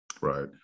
right